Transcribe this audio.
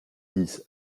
dix